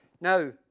Now